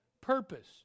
purpose